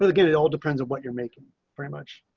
but again, it all depends on what you're making very much